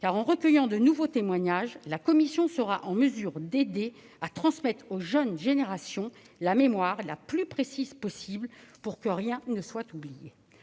: en recueillant de nouveaux témoignages, elle sera en mesure d'aider à transmettre aux jeunes générations la mémoire la plus précise possible, pour que rien ne soit oublié.